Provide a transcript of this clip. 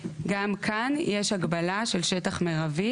גם כאן יש הגבלה של שטח מירבי,